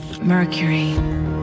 mercury